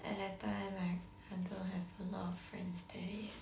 at that time I I don't have a lot of friends there yet